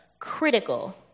critical